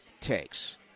takes